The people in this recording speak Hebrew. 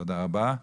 תודה רבה.